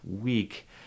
week